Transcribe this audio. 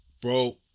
bro